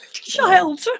child